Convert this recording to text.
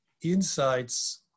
insights